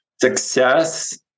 Success